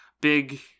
big